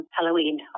Halloween